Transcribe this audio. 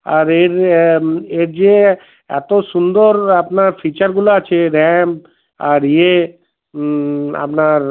আর এর এর যে এত সুন্দর আপনার ফিচারগুলো আছে র্যাম আর ইয়ে আপনার